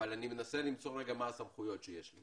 אבל אני מנסה למצוא מהן הסמכויות שיש לי